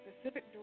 specific